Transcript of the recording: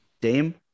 Dame